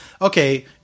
okay